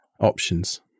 options